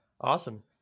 Awesome